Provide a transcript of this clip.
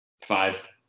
Five